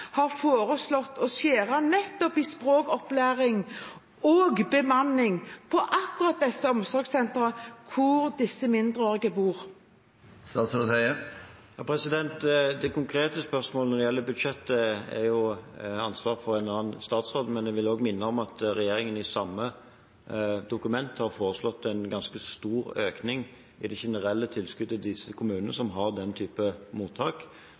nettopp språkopplæring og bemanning på akkurat de omsorgssentrene hvor disse mindreårige bor? Til det konkrete spørsmålet: Når det gjelder budsjettet, ligger jo ansvaret hos en annen statsråd. Men jeg vil også minne om at regjeringen i samme dokument har foreslått en ganske stor økning i det generelle tilskuddet til de kommunene som har den type mottak,